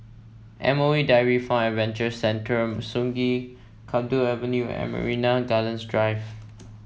M O E Dairy Farm Adventure Centre Sungei Kadut Avenue and Marina Gardens Drive